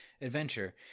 adventure